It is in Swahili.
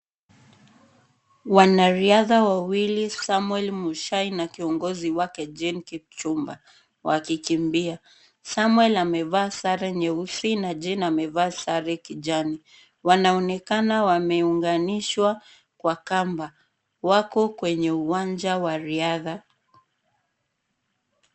Wanariadha wawili, Samuel Muchai na kiongozi wake Jane Kipchumba wakikimbia. Samuel, amevaa sare nyeusi na Jane amevaa sare kijani. Wameonekana wameunganishwa kwa kamba. Wako kwenye uwanja wa riadha.